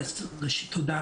תודה.